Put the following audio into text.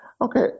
Okay